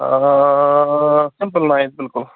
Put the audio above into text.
simple line بالکل